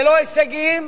ללא הישגים,